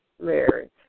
Mary